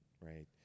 right